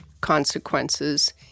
consequences